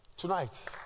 Tonight